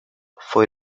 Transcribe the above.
fue